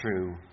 true